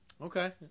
Okay